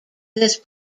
this